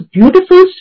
beautiful